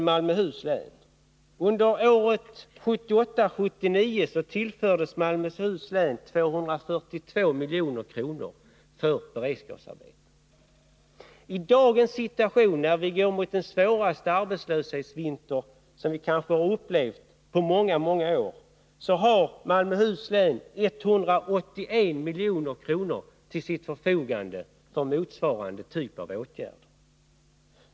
Under åren 1978-1979 tillfördes Malmöhus län 242 milj.kr. för beredskapsarbete. I dagens situation, när vi går mot den svåraste arbetslöshetsvinter som vi kanske har upplevt på många år, har Malmöhus län 181 milj.kr. till sitt förfogande för motsvarande typ av åtgärder.